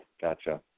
Gotcha